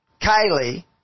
Kylie